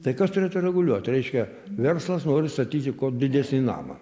tai kas turėtų reguliuot reiškia verslas nori statyti kuo didesnį namą